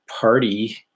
party